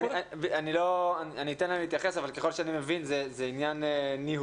אני אתן להם להתייחס אבל ככל שאני מבין זה עניין ניהולי.